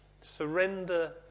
Surrender